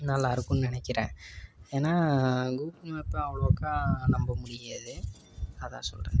நல்லாருக்குன்னு நினைக்குறேன் ஏன்னா கூகுள் மேப்பை அவ்வளோக்கா நம்ப முடியாது அதான் சொல்லுறேன்